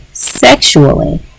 sexually